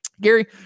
gary